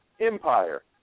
Empire